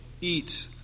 eat